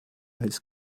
als